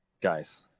guys